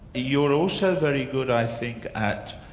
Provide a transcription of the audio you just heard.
you're also very good i think at